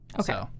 Okay